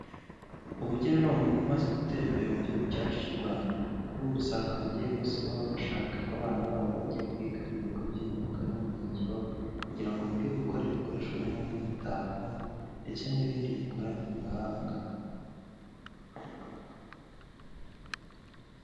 Ubugeni ni umwuga umaze gutera imbere mu gihugu cyacu cy'u Rwanda. Kuri ubu usanga ababyeyi bose baba bashaka ko abana babo bajya kwiga mu bigo by'imyuga n'ubumenyingiro kugira ngo bige gukora ibikoresho birimo nk'imitako ndetse n'ibindi bikoranwe ubuhanga.